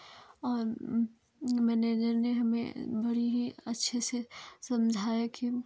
और मैनेजर ने हमें बड़ी ही अच्छे से समझाया कि